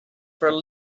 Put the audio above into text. for